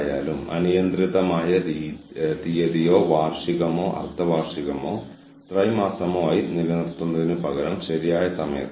ഇപ്പോൾ ജീവനക്കാർ നിങ്ങളെ വിശ്വസിക്കുന്നുവെങ്കിൽ ജീവനക്കാർക്ക് സിസ്റ്റത്തിൽ വിശ്വാസമുണ്ടെങ്കിൽ അവരുടെ പ്രചോദനം പ്രകടനം നടത്താനുള്ള അവരുടെ സന്നദ്ധത എന്നിവ ഉയരും